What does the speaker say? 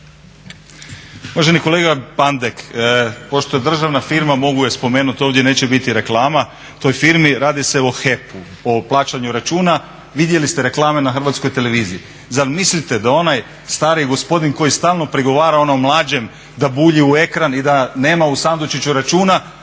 Uvaženi kolega Pandek, pošto je državna firma mogu je spomenut ovdje, neće biti reklama toj firmi, radi se o HEP-u, o plaćanju računa. Vidjeli ste reklame na HTV-u. Zar mislite da onaj stari gospodin koji stalno prigovara onom mlađem da bulji u ekran i da nema u sandučiću računa,